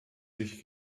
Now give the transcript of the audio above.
sich